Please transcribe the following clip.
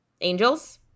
Angels